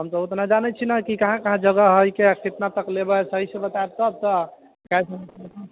हम तऽ ओतना जानै छी नऽ कि कहाँ कहाँ जगह हय केय कितना तक लेबै सहीसँ बतैब तब तऽ किएकि